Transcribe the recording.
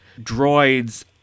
droids